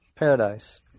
paradise